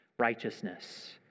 Righteousness